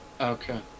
Okay